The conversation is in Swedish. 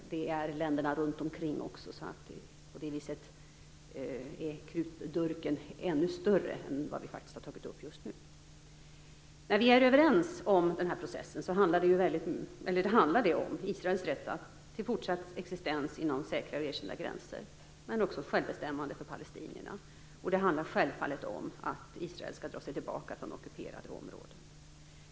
Det gäller också länderna runt omkring. Krutdurken är på det viset ännu större än vad vi har tagit upp. Vi är överens om processen. Det handlar om Israels rätt till fortsatt existens inom säkra och enskilda gränser, men också självbestämmande för palestinierna. Det handlar självfallet om att Israel skall dra sig tillbaka från ockuperade områden.